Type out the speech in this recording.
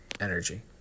energy